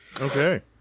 Okay